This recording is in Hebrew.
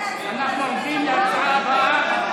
אנחנו עוברים להצעה הבאה,